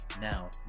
now